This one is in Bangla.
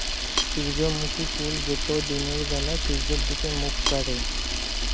সূর্যমুখী ফুল যেট দিলের ব্যালা সূর্যের দিগে মুখ ক্যরে